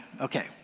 Okay